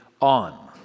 on